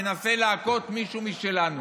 מנסה להכות מישהו משלנו?